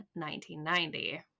1990